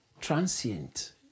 Transient